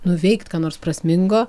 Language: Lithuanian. nuveikt ką nors prasmingo